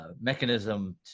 Mechanism